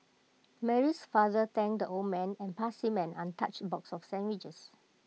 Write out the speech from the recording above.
Mary's father thanked the old man and passed him an untouched box of sandwiches